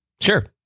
Sure